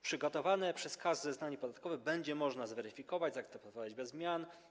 Przygotowane przez KAS zeznanie podatkowe będzie można zweryfikować, zaakceptować bez zmian.